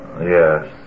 Yes